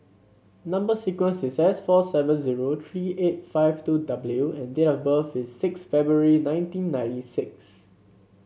number sequence is S four seven zero three eight five two W and date of birth is six February nineteen ninety six